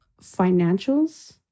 financials